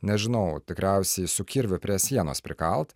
nežinau tikriausiai su kirviu prie sienos prikalt